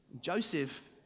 Joseph